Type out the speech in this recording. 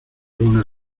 luna